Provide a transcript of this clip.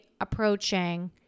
approaching